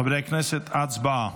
חברי הכנסת, הצבעה.